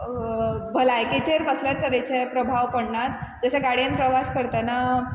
भलायकेचेर कसलेत तरेचे प्रभाव पडनात तशें गाडयेन प्रवास करतना